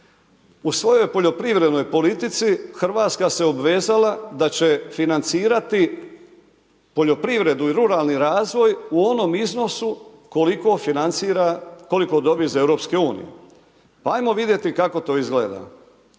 U svojoj poljoprivrednoj politici Hrvatska se obvezala da će financirati poljoprivredu i ruralni razvoj u onom iznosu koliko financira, koliko dobije iz EU. Pa ajmo vidjeti kako to izgleda.